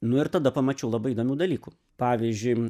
nu ir tada pamačiau labai įdomių dalykų pavyzdžiui